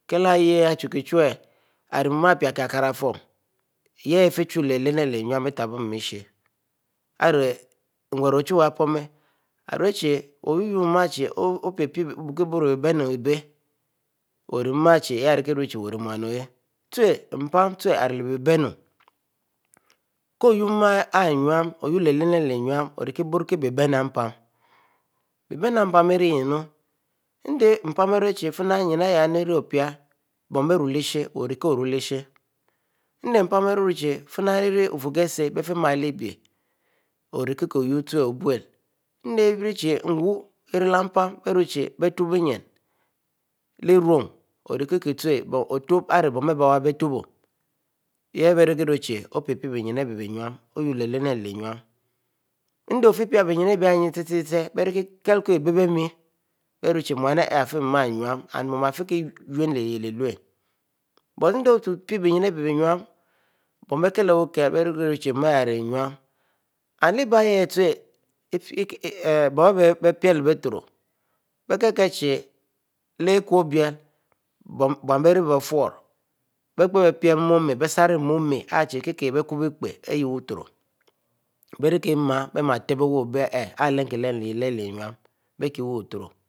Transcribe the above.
Kiele ayeh ichukie chie arieh mu apiehkie ikirifuu yah ifichu leh-lena anieh enu etehbo muish ari enwurieh ochuwue aponieh, iriechie, oyuuro chie ri mu, orieh mu air mu ahieh, ute mpan ute irilehbinnu ibieh, ko wuro mu arieh enuieh obukiboro biebenu-mpan, nyine ahieh irieh opeh bon bieh ruisher mpan aru-nurchie finairieh wu-furoo kese, befimaleh-be, orikikieh ko-wu wu ute nnien mpan behroiehelie, bietopo akubo leh erun, orikieh utes k-tobo, arieh bon abiehwyieh bieboto bo yahieh berikiehruchi bienmechi mu aieh, fienu mu ifikieune uhyele yuieh but endieh ope-pieh bieyunbie nueh, bon bienkile wukieh, bieyuchie mu arieh ari mu ari mu arieh enu amd leh-bieyehieh hnnn bon abie be-pelebebo biekikieh chie leh-ik ble, benn bie ri befuno bei kpeh beisaru mu omar kikieh beqube- ipeh, bie rimieh bie miel teb ariwuieh arikieh alenkilen nue leh yiele i leh nyinu